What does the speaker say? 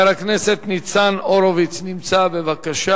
חבר הכנסת ניצן הורוביץ, נמצא, בבקשה.